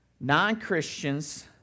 non-Christians